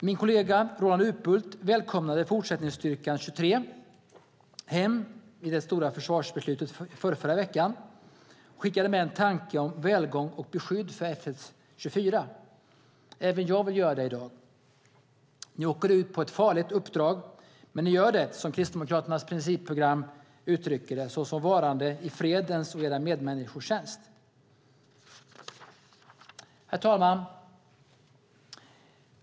Min kollega Roland Utbult välkomnade Fortsättningsstyrka 23 hem vid det stora försvarsbeslutet förrförra veckan, och skickade med en tanke om välgång och beskydd för FS 24. Även jag vill göra det i dag. Ni åker ut på ett farligt uppdrag, men ni gör det - som Kristdemokraternas principprogram uttrycker det - såsom varande i fredens och era medmänniskors tjänst. Herr talman!